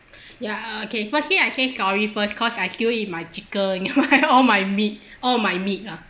ya okay firstly I say sorry first cause I still eat my chicken and all my meat all my meat ah